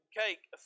cake